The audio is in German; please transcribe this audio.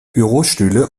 bürostühle